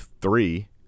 three